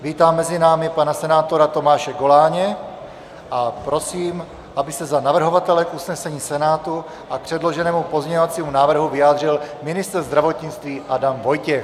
Vítám mezi námi pana senátora Tomáše Goláně a prosím, aby se za navrhovatele k usnesení Senátu a předloženému pozměňovacímu návrhu vyjádřil ministr zdravotnictví Adam Vojtěch.